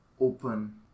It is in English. open